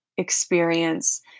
experience